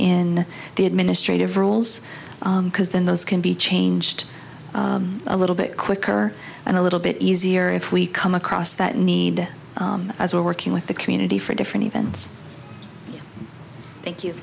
in the administrative rules because then those can be changed a little bit quicker and a little bit easier if we come across that need as well working with the community for different events thank you